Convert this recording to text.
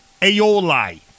aioli